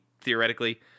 theoretically